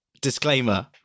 Disclaimer